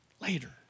Later